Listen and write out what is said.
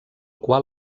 qual